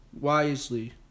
wisely